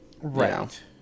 Right